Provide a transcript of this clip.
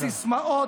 אתה איש של סיסמאות,